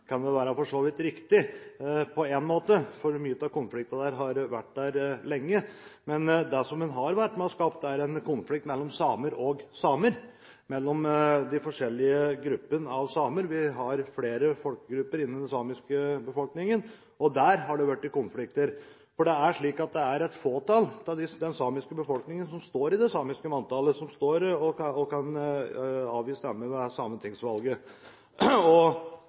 kan på en måte for så vidt være riktig, for mange av konfliktene har eksistert lenge. Men det som den har vært med på å skape, er en konflikt mellom samer og samer – mellom de forskjellige gruppene av samer. Det er flere folkegrupper innen den samiske befolkningen, og der har det blitt konflikter, for det er slik at det er et fåtall av den samiske befolkningen som står i det samiske manntallet og kan avgi stemme ved sametingsvalget. De som da står utenfor, føler seg veldig utenfor, bl.a. skolter og